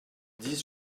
dix